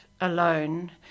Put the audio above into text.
alone